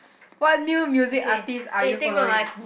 what new music artist are you following